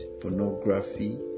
pornography